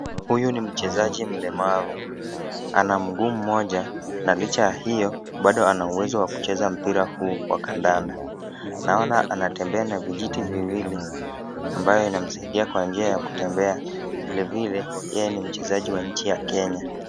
Huyu ni mchezaji mlemavu, ana mguu moja na licha ya hiyo bado ana uwezo wa kucheza mpira huu wa kandanda. Naona anatembea na vijiti viwili, ambayo inamsaidia kwa njia ya kutembea, vile vile yeye ni mchezaji wa nchi ya Kenya.